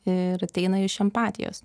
ir ateina iš empatijos